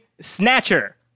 Snatcher